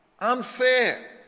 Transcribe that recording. unfair